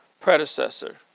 predecessor